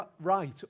right